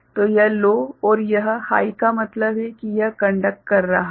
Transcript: तो यह लो और यह हाइ का मतलब है की यह कंडक्ट कर रहा है